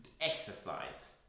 exercise